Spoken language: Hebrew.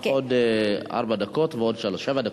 יש לך עוד ארבע דקות ועוד שלוש שבע דקות.